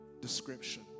description